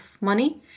money